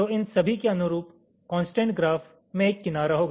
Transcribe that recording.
तो इन सभी के अनुरूप कोंसट्रेंट ग्राफ में एक किनारा होगा